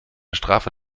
strafe